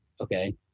okay